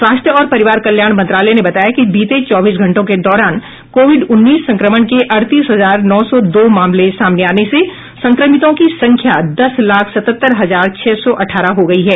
स्वास्थ्य और परिवार कल्याण मंत्रालय ने बताया कि बीते चौबीस घंटों के दौरान कोविड उन्नीस संक्रमण के अड़तीस हजार नौ सौ दो मामले सामने आने से संक्रमितों की संख्या दस लाख सतहत्तर हजार छह सौ अठारह हो गई है